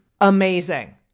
amazing